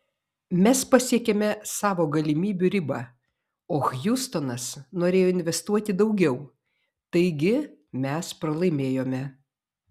mes pasiekėme savo galimybių ribą o hjustonas norėjo investuoti daugiau taigi mes pralaimėjome